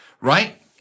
right